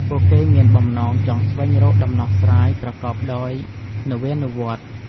ពួកគេមានបំណងចង់ស្វែងរកដំណោះស្រាយប្រកបដោយនវានុវត្តន៍។